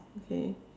okay